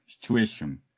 situation